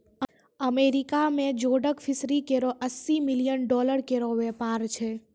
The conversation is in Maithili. अमेरिका में जोडक फिशरी केरो अस्सी मिलियन डॉलर केरो व्यापार छै